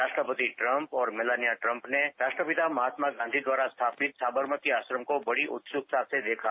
राष्ट्रपति ट्रंप और Melania Trump ने राष्ट्रपिता महात्मा गांधी द्वारा स्थापित साबरमती आश्रम को बड़ी उत्सुकता से देखा